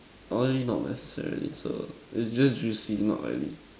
only not necessary so they just juicy no oily